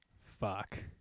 Fuck